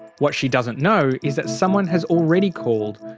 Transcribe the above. what she doesn't know is that someone has already called.